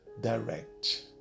direct